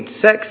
Sex